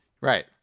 Right